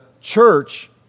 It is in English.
church